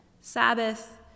Sabbath